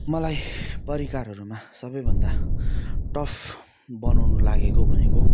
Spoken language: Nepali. मलाई परिकारहरूमा सबैभन्दा टफ बनाउनु लागेको भनेको